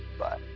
but.